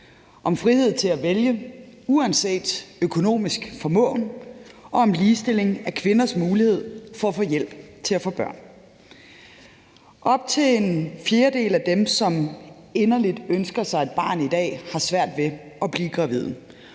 om friheden til at vælge uanset økonomisk formåen og om ligestilling af kvinders mulighed for at få hjælp til at få børn. Op til en fjerdedel af dem, som i dag inderligt ønsker sig et barn, har svært ved at blive gravide.